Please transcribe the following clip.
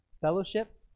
Fellowship